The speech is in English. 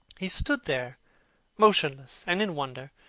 he stood there motionless and in wonder,